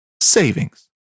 savings